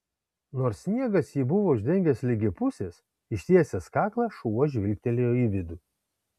nors sniegas jį buvo uždengęs ligi pusės ištiesęs kaklą šuo žvilgtelėjo į vidų